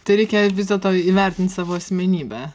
tai reikia vis dėlto įvertint savo asmenybę